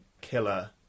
killer